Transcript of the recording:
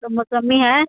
तो मुसम्मी है